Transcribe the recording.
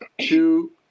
two